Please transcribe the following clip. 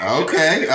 okay